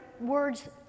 words